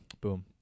boom